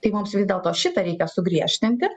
tai mums vis dėlto šitą reikia sugriežtinti